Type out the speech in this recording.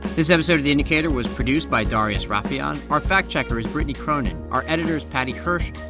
this episode of the indicator was produced by darius rafieyan. our fact-checker is brittany cronin. our editor is paddy hirsch.